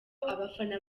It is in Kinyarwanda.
abafana